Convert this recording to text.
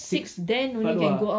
six kat luar